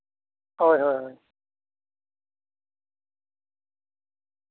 ᱦᱳᱭ ᱦᱳᱭ ᱦᱳᱭ